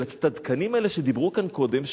של הצדקנים האלה שדיברו כאן קודם,